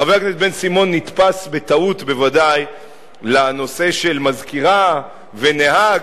חבר הכנסת בן-סימון נתפס בטעות בוודאי לנושא של מזכירה ונהג,